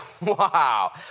wow